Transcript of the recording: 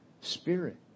spirit